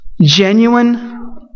genuine